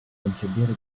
cancelliere